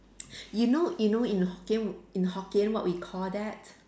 you know you know in Hokkien in Hokkien what we call that